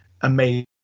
amazing